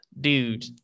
Dude